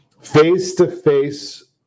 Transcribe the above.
face-to-face